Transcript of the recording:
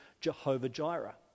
Jehovah-Jireh